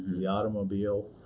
the automobile,